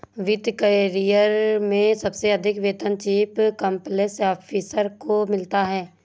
वित्त करियर में सबसे अधिक वेतन चीफ कंप्लायंस ऑफिसर को मिलता है